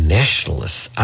nationalists